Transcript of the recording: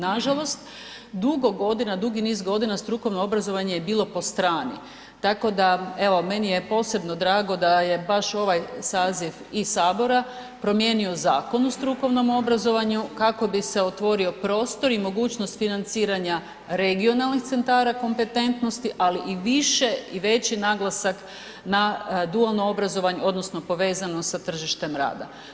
Nažalost, dugo godina, dugi niz godina strukovno obrazovanje je bilo po strani, tako da evo meni je posebno drago da je baš ovaj saziv iz Sabora promijenio Zakon o strukovnom obrazovanju kako bi se otvorio prostor i mogućnost financiranja regionalnih centara kompetentnosti, ali i više i veći naglasak na dualno obrazovanje odnosno povezano sa tržištem rada.